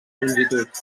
longitud